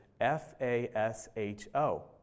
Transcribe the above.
F-A-S-H-O